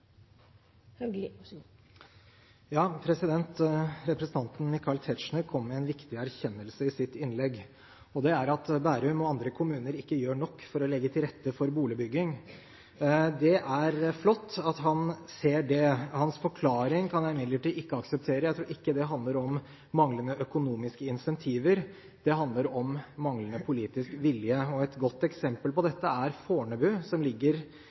at Bærum og andre kommuner ikke gjør nok for å legge til rette for boligbygging. Det er flott at han ser det. Hans forklaring kan jeg imidlertid ikke akseptere. Jeg tror ikke det handler om manglende økonomiske incentiver, det handler om manglende politisk vilje. Et godt eksempel på dette er Fornebu, som ligger